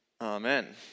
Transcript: Amen